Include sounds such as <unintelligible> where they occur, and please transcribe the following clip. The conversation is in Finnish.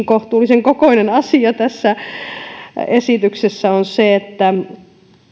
<unintelligible> kohtuullisen kokoinen asia tässä esityksessä on se että